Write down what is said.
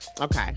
Okay